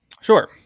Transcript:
Sure